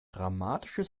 dramatische